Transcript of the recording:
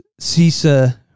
CISA